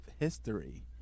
history